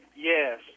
Yes